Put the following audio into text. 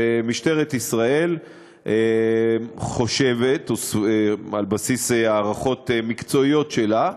ומשטרת ישראל חושבת, על בסיס הערכות מקצועיות שלה,